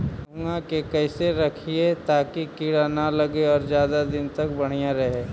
गेहुआ के कैसे रखिये ताकी कीड़ा न लगै और ज्यादा दिन तक बढ़िया रहै?